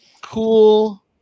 Cool